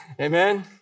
amen